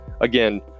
Again